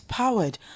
powered